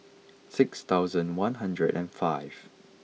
six thousand one hundred and five